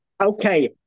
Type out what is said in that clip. Okay